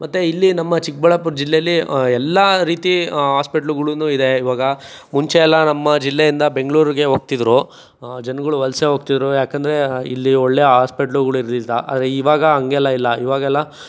ಮತ್ತು ಇಲ್ಲಿ ನಮ್ಮ ಚಿಕ್ಕಬಳ್ಳಾಪುರ ಜಿಲ್ಲೆಲಿ ಎಲ್ಲ ರೀತಿ ಆಸ್ಪಿಟ್ಲ್ಗಳೂ ಇದೆ ಇವಾಗ ಮುಂಚೆ ಎಲ್ಲ ನಮ್ಮ ಜಿಲ್ಲೆಯಿಂದ ಬೆಂಗಳೂರಿಗೆ ಹೋಗ್ತಿದ್ದರು ಜನಗಳು ವಲಸೆ ಹೋಗ್ತಿದ್ದರು ಏಕೆಂದ್ರೆ ಇಲ್ಲಿ ಒಳ್ಳೆ ಆಸ್ಪಿಟ್ಲ್ಗಳು ಇರಲಿಲ್ಲ ಆದರೆ ಇವಾಗ ಹಾಗೆಲ್ಲ ಇಲ್ಲ ಇವಾಗೆಲ್ಲ